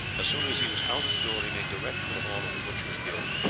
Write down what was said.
as soon as he was out of the door he made direct for the hall of the butchers' guild.